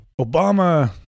Obama